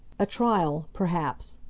a trial, perhaps,